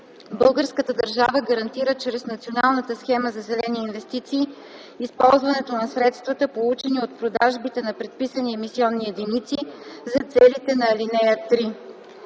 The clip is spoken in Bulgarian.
Българската държава гарантира чрез Националната схема за зелени инвестиции използването на средствата, получени от продажбите на предписани емисионни единици, за целите на ал. 3.